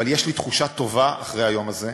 אבל יש לי תחושה טובה אחרי היום הזה,